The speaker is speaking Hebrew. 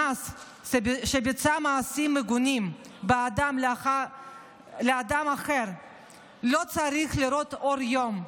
אנס שביצע מעשים מגונים באדם אחר לא צריך לראות אור יום,